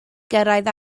gyrraedd